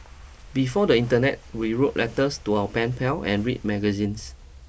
before the internet we wrote letters to our pen pal and read magazines